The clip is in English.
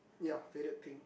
ya faded thing